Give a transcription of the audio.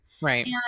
Right